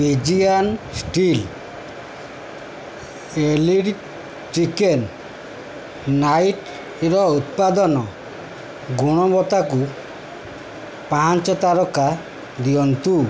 Pigeon steel elite kitchen ନାଇଫ୍ର ଉତ୍ପାଦ ଗୁଣବତ୍ତାକୁ ପାଞ୍ଚ ତାରକା ଦିଅନ୍ତୁ